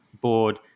board